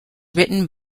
written